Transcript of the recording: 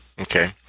Okay